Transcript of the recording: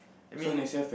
I mean